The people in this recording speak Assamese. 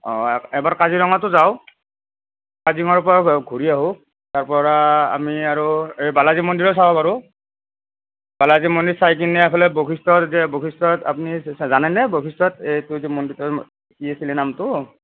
অঁ এবাৰ কাজিৰঙাতো যাওঁ কাজিৰঙাৰপৰা ঘূৰি আহোঁ তাৰপৰা আমি আৰু এই বালাজী মন্দিৰো চাব পাৰোঁ বালাজী মন্দিৰ চাই কিনে এইফালে বশিষ্ঠ আছে বশিষ্ঠত আপুনি জানেনে বশিষ্ঠত এই যে মন্দিৰটো কি আছিলে নামটো